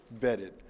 vetted